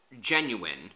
genuine